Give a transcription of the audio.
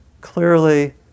clearly